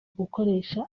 gukoresha